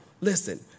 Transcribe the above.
listen